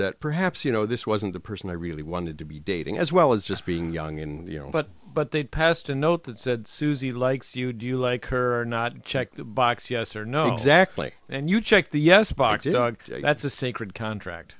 that perhaps you know this wasn't the person i really wanted to be dating as well as just being young and you know but but they'd passed a note that said susie likes you do you like her or not check the box yes or no exactly and you check the yes box dog that's a sacred contract